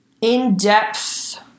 in-depth